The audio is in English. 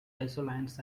isolines